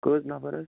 کٔژ نَفر حظ